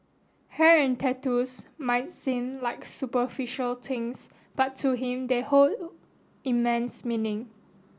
hair and tattoos might seem like superficial things but to him they hold immense meaning